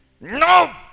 No